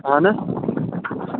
اَہَن حظ